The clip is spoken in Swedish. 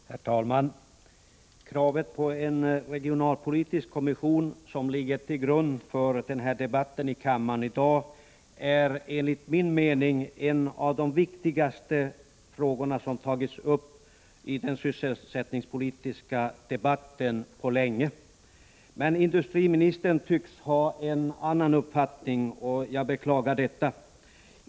Herr talman! Kravet på en regionalpolitisk kommission, som ligger till grund för den här debatten i kammaren i dag, är enligt min mening en av de viktigaste frågor när det gäller sysselsättningspolitiken som tagits upp på länge. Men industriministern tycks ha en annan uppfattning — jag beklagar det.